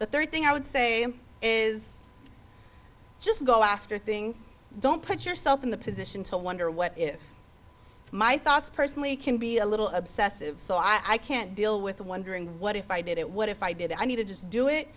the third thing i would say is just go after things don't put yourself in the position to wonder what if my thoughts personally can be a little obsessive so i can't deal with wondering what if i did it what if i did i need to just do it